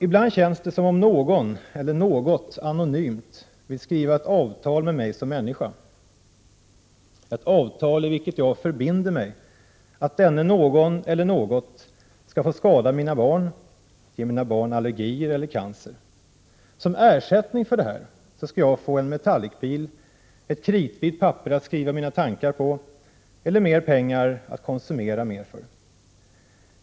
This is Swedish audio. Ibland känns det som om någon eller något anonymt vill skriva ett avtal med mig som människa, ett avtal i vilket jag förbinder mig att denne någon eller något skall få skada mina barn, ge mina barn allergier eller cancer. Som ersättning för det skall jag få en metallicbil, kritvitt papper att skriva mina tankar på eller mer pengar att konsumera mer för.